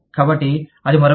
కాబట్టి అది మరొకటి